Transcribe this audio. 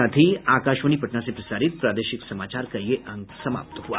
इसके साथ ही आकाशवाणी पटना से प्रसारित प्रादेशिक समाचार का ये अंक समाप्त हुआ